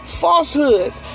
falsehoods